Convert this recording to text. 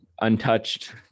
untouched